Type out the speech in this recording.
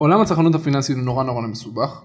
עולם הצרכנות הפיננסית הוא נורא נורא מסובך